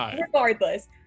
regardless